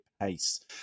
pace